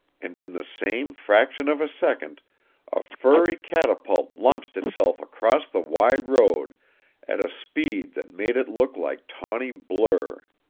and in the same fraction of a second a furry catapult launched itself across the wide road at a speed that made it look like tawny blur.